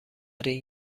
این